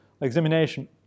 examination